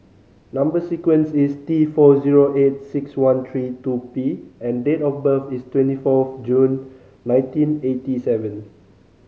number sequence is T four zero eight six one three two P and date of birth is twenty fourth June nineteen eighty seven